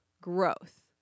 growth